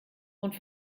und